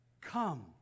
Come